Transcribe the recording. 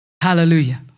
Hallelujah